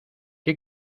qué